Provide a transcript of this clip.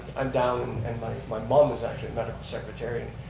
i'm down, and my my mom is actually a medical secretary.